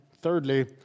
thirdly